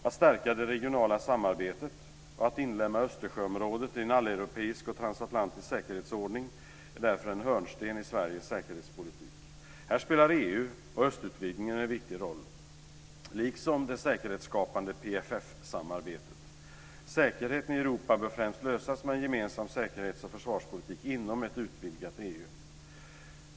Att stärka det regionala samarbetet och att inlemma Östersjöområdet i en alleuropeisk och transatlantisk säkerhetsordning är därför en hörnsten i Sveriges säkerhetspolitik. Här spelar EU och östutvidgningen en viktig roll liksom det säkerhetsskapande PFF-samarbetet. Säkerheten i Europa bör främst lösas med en gemensam säkerhetsoch försvarspolitik inom ett utvidgat EU.